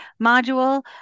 module